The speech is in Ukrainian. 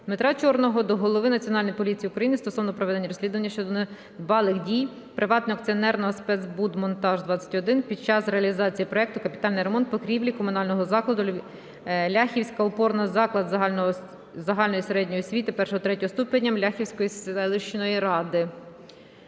Дмитра Чорного до голови Національної поліції України стосовно проведення розслідування щодо недбалих дій приватного акціонерного "СПЕЦБУДМОНТАЖ-21" під час реалізації проекту "Капітальний ремонт покрівлі комунального закладу "Лихівський опорний заклад загальної середньої освіти I-III ступенів Лихівської селищної ради".